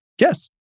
Yes